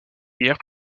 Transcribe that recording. guerre